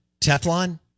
Teflon